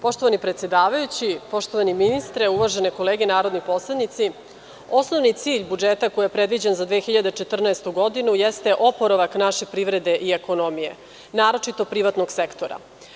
Poštovani predsedavajući, poštovani ministre, uvažene kolege narodni poslanici, osnovni cilj budžeta koji je predviđen za 2014. godinu jeste oporavak naše privrede i ekonomije, naročito privatnog sektora.